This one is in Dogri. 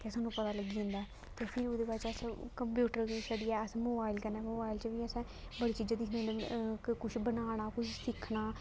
ते सानूं पता लग्गी जंदा ते फ्ही ओह्दे बाद अस कंप्यूटर दे जरिये अस मोबाइल कन्नै मोबाइल च बी असें बड़ी चीजां दिक्खने होन्ने क कुछ बनाना कुछ सिक्खना